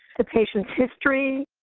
the patient's history,